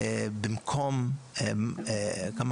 פורמלית,